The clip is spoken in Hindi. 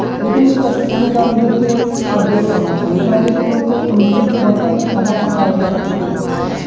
लेकिन ये कठपुतली का नृत्य आज ज़रूर आना चाहिए पहले के लोग तो मिट्टी के बर्तन में खाना पकाया जा करते थे